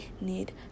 need